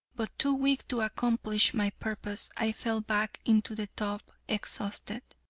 but too weak to accomplish my purpose i fell back into the tub exhausted.